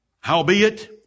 Howbeit